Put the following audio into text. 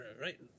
right